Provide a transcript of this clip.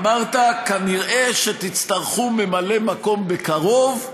אמרת: כנראה שתצטרכו ממלא מקום בקרוב.